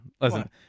listen